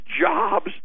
jobs